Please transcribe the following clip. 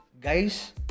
Guys